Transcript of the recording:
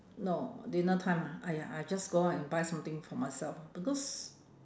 no dinner time ah !aiya! I just go out and buy something for myself because